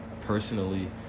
personally